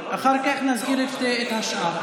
אחר כך נזכיר את השאר.